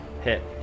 Hit